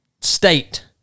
state